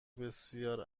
بسیار